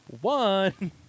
one